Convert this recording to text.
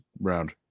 round